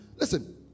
Listen